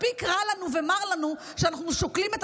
מספיק רע לנו ומר לנו שאנחנו שוקלים את